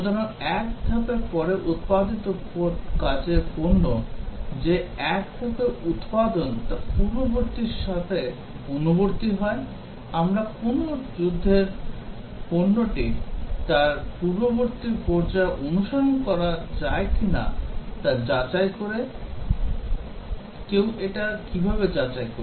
সুতরাং এক ধাপের পরে উত্পাদিত কাজের পণ্য যে এক ধাপের উত্পাদন তা পূর্ববর্তী পর্বের সাথে অনুবর্তী হয় আমরা কোনও যুদ্ধের পণ্যটি তার পূর্ববর্তী পর্যায়ে অনুসরন করে কিনা তা যাচাই করে কেউ এটা কীভাবে যাচাই করে